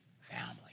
family